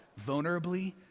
vulnerably